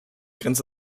grenzt